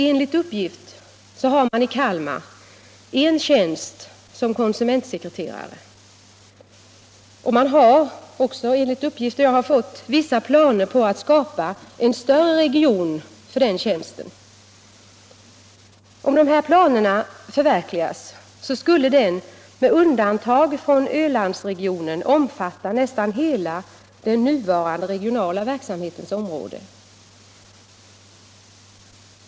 Enligt uppgift har man i Kalmar en tjänst som konsumentsekreterare och har också enligt uppgifter som jag har fått vissa planer på att skapa en större region för den tjänsten. Om dessa planer förverkligas, skulle den med undantag för Ölandsregionen omfatta nästan hela den nuvarande regionala verksamhetens område.